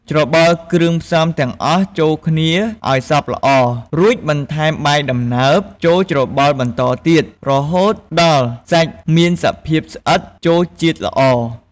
ច្របល់គ្រឿងផ្សំទាំងអស់ចូលគ្នាឱ្យសព្វល្អ រួចបន្ថែម បាយដំណើប ចូលច្របល់បន្តទៀត ហូតដល់សាច់មានសភាពស្អិតចូលជាតិល្អ។